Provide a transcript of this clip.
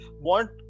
want